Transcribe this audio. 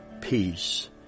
peace